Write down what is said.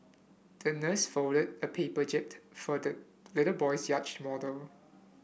the nurse folded a paper jib for the little boy's yacht model